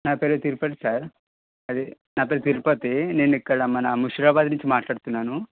నా పేరు తిరుపతి సార్ అది నా పేరు తిరుపతి నేను ఇక్కడ మన ముషిరాబాద్ నుంచి మాట్లాడుతున్నాను